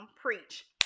preach